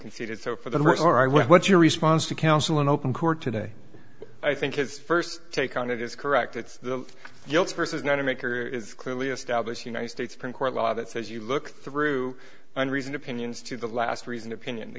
conceded so for the most are what's your response to counsel in open court today i think his first take on it is correct it's the guilts versus not a maker is clearly established united states supreme court law that says you look through and reason opinions to the last reasoned opinion